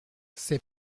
c’est